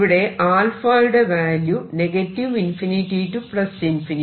ഇവിടെ യുടെ value ∞ to ∞